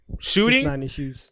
shooting